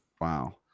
Wow